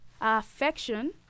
affection